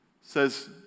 says